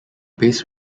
base